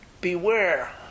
Beware